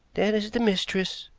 that is the mistress,